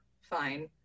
fine